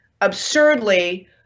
absurdly